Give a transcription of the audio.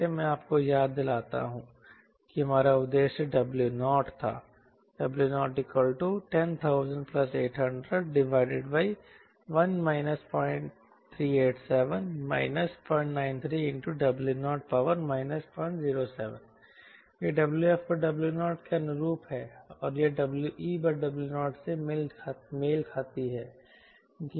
फिर से मैं आपको याद दिलाता हूं कि हमारा उद्देश्य W0 था W0100008001 0387 093W0 007 यह WfW0 के अनुरूप है और यह WeW0 से मेल खाती है